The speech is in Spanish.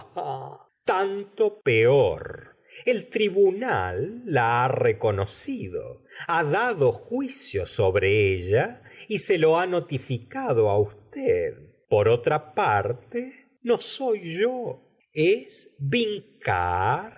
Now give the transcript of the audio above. tanto peori ef tribunal la ha reconocido ha dado juicio sobre ella y se lo ha notificado á usted por otra parte no soy yo